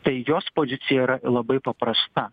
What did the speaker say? tai jos pozicija yra labai paprasta